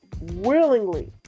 willingly